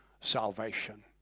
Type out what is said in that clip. salvation